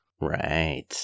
Right